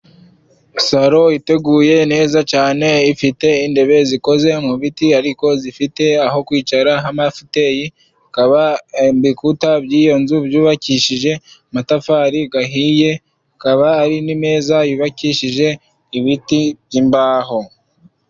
Salo iteguye neza cyane ifite intebe zikoze mu biti ariko zifite aho kwicara h'amafuteyi, hakaba ibikuta by'iyo nzu byubakishije amatafari ahiye, hakaba hari n'imeza yubakishije ibiti by'imbaho.